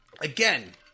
Again